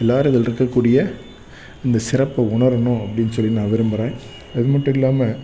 எல்லோரும் இதில் இருக்கக்கூடிய இந்த சிறப்பை உணரணும் அப்படின்னு சொல்லி நான் விரும்புகிறேன் அது மட்டும் இல்லாமல்